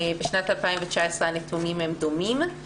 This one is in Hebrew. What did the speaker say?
בשנת 2019 הנתונים דומים.